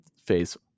phase